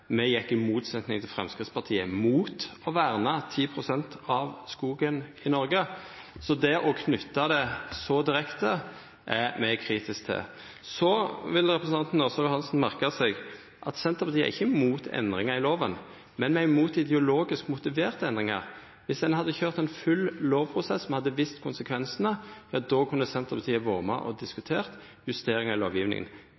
Me gjekk, i motsetning til Framstegspartiet, imot å verna 10 pst. av skogen i Noreg, så det å knyta det så direkte er me kritiske til. Så vil representanten Ørsal Johansen ha merka seg at Senterpartiet ikkje er imot endringar i lova, men me er imot ideologisk motiverte endringar. Dersom ein hadde køyrt ein full lovprosess og me hadde visst konsekvensane, kunne Senterpartiet vore med og